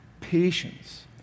Patience